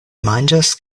manĝas